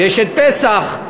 ויש פסח,